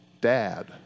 dad